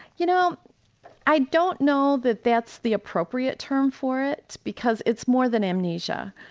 you know i don't know that that's the appropriate term for it because it's more than amnesia.